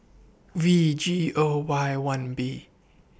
V G O Y one B